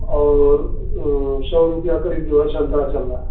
और सौ रुपया करीब जो है संतरा चल रहा